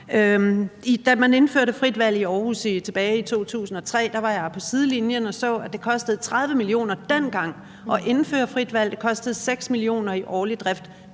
Da man indførte frit valg i Aarhus tilbage i 2003, var jeg med på sidelinjen og så, at det dengang kostede 30 mio. kr. at indføre frit valg. Det kostede 6 mio. kr. i årlig drift